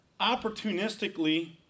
opportunistically